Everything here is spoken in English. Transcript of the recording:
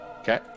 okay